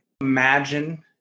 Imagine